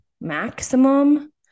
maximum